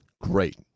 Great